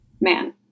man